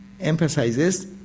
emphasizes